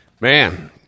man